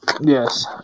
Yes